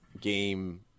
game